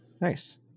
nice